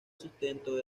sustento